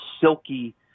silky